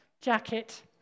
jacket